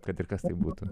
kad ir kas tai būtų